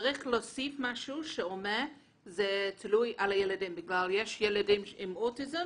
צריך להוסיף משהו שאומר שזה תלוי בילדים כי יש ילדים עם אוטיזם